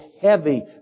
heavy